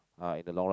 ah in the long run